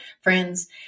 friends